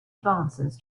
advances